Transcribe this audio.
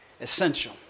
essential